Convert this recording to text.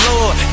Lord